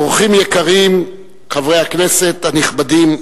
אורחים יקרים, חברי הכנסת הנכבדים,